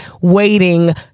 waiting